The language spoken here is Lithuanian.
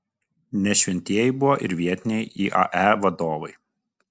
ne šventieji buvo ir vietiniai iae vadovai